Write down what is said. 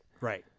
right